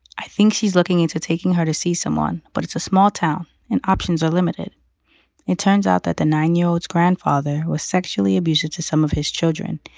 i think she's looking into taking her to see someone but it's a small town and options are limited it turns out that the nine year old's grandfather was sexually abusive to some of his children.